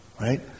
right